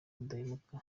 udahemuka